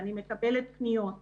ואני מקבלת פניות מהאזרחים,